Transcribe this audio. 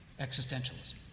existentialism